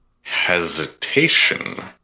hesitation